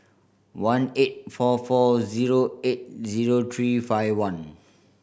one eight four four zero eight zero three five one